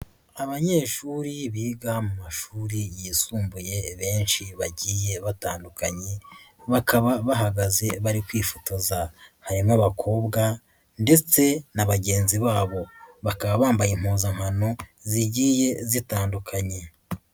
Abanyeshuri biga mu mashuri yisumbuye benshi bagiye batandukanye, bakaba bahagaze bari kwifotoza. Harimo abakobwa ndetse na bagenzi babo. Bakaba bambaye impuzankano zigiye zitandukanye.